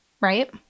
right